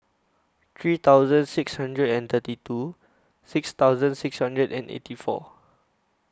three thousand six hundred and thirty two six thousand six hundred and eighty four